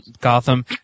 Gotham